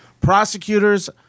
Prosecutors